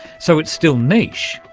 so it's still niche,